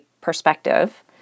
perspective